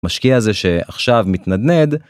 משקיע זה שעכשיו מתנדנד.